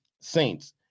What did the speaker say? saints